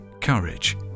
courage